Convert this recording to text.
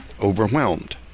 Overwhelmed